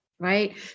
Right